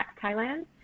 thailand